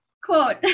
Quote